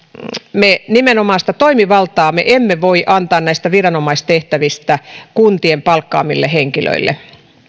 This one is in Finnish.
nimenomaan sitä toimivaltaa me emme voi antaa näistä viranomaistehtävistä kun tien palkkaamille henkilöille